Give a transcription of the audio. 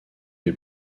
les